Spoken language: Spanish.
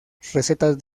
recetas